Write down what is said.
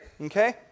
Okay